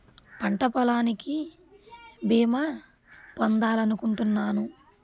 పంట పొలానికి బీమా పొందాలి అనుకుంటున్నాను